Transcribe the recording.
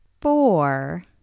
four